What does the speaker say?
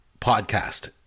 podcast